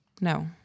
No